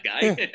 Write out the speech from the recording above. guy